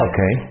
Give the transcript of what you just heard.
Okay